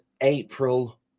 April